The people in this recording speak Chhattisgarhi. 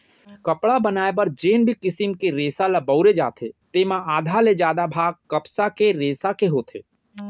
कपड़ा बनाए बर जेन भी किसम के रेसा ल बउरे जाथे तेमा आधा ले जादा भाग कपसा के रेसा के होथे